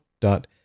Dot